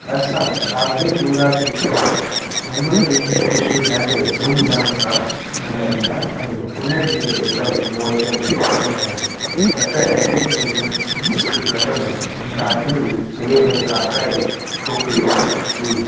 असां शादी मुरादी अने जन्मदिन जी ख़ुशियूं ॾाढे धूम धाम सां मनाईंदा आहियूं उन ॾींहं ते सभु मौज में हूंदा आहिनि असां अॻे महिने हिक घर में शादी हुई जे मुंहिंजे काका जी छोकिरीअ जी हुई